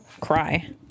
cry